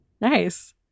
Nice